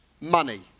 money